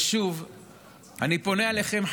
ושוב אני פונה אליכם,